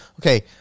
okay